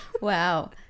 Wow